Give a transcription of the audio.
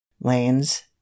lanes